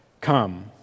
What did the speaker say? come